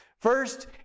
First